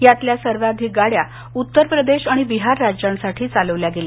यातल्या सर्वाधिक गाड्या उत्तर प्रदेश आणि बिहार राज्यांसाठी चालवल्या गेल्या